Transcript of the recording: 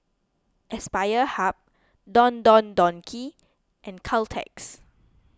Aspire Hub Don Don Donki and Caltex